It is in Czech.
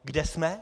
Kde jsme?